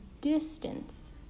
distance